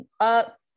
up